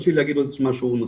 תרשי לי להגיד משהו נוסף,